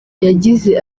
yagize